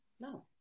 No